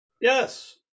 Yes